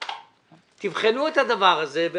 תבחנו את הדבר הזה.